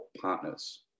partners